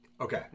Okay